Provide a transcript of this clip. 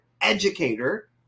educator